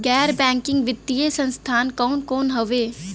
गैर बैकिंग वित्तीय संस्थान कौन कौन हउवे?